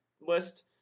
list